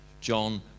John